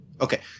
Okay